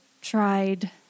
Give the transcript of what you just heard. tried